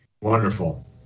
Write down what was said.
Wonderful